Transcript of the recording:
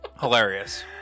Hilarious